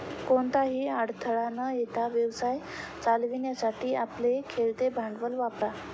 कोणताही अडथळा न येता व्यवसाय चालवण्यासाठी आपले खेळते भांडवल वापरा